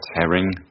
herring